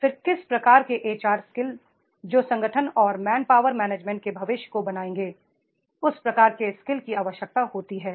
फिर किस प्रकार के एच आर स्किल जो संगठन और मैंनपावर मैनेजमेंट के भविष्य को बनाएंगे उस प्रकार के स्किल की आवश्यकता होती है